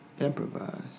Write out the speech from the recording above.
Improvise